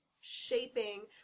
shaping